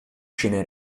scene